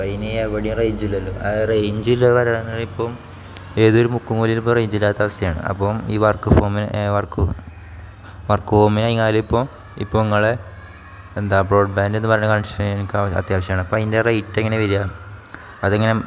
അപ്പം ഇനി എവിടെയും റേഞ്ചില്ലല്ലോ ആ റേഞ്ചിൽ വരാൻ ഇപ്പം ഏതൊരു മുക്കും മൂലയിലും ഇപ്പം റേഞ്ചില്ലാത്തവസ്ഥയാണ് അപ്പം ഈ വർക്ക് ഫോമിന് വർക്ക് വർക്ക് ഹോമിനെങ്ങാനും ഇപ്പം ഇപ്പം നിങ്ങൾ എന്താ ബ്രോഡ്ബാൻ്റ് എന്നു പറയുന്ന കണക്ഷൻ എനിക്ക് അത്യാവശ്യമാണ് അപ്പം അതിൻ്റെ റേറ്റ് എങ്ങനെയാണ് വരിക അതെങ്ങനെ